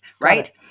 Right